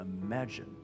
imagine